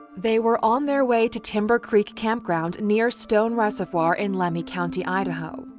they were on their way to timber creek campground near stone reservoir in lemhi county, idaho.